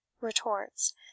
retorts